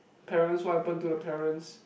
parents what happened to the parents